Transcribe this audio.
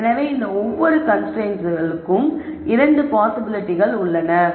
எனவே இந்த ஒவ்வொரு கன்ஸ்ரைன்ட்ஸ்களுக்கும் 2 பாசிபிலிட்டிகள் உள்ளன